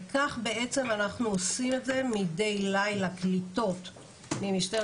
וכך בעצם אנחנו עושים את זה מידי לילה קליטות ממשטרת